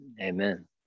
Amen